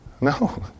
No